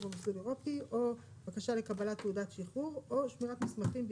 --- אירופי או בקשה לקבלת שחרור או שמירת מסמכים בידי,